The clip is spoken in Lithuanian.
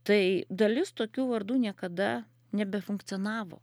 tai dalis tokių vardų niekada nebefunkcionavo